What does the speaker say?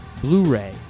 Blu-ray